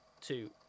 two